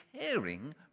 caring